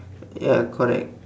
ya correct